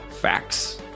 facts